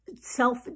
self